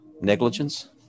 negligence